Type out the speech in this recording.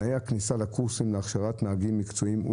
תנאי הכניסה לקורסים להכשרת נהגים מקצועיים הם